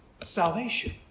salvation